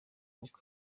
uko